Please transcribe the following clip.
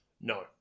No